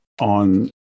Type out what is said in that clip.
on